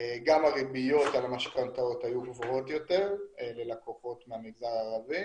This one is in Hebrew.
גם הריביות על המשכנתאות היו גבוהות יותר ללקוחות במגזר הערבי.